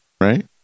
right